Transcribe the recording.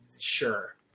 Sure